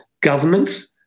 governments